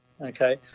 okay